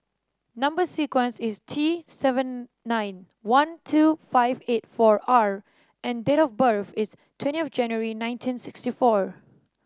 number sequence is T seven nine one two five eight four R and date of birth is twentieth January nineteen sixty four